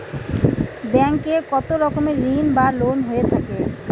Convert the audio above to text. Bank এ কত রকমের ঋণ বা লোন হয়ে থাকে?